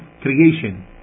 creation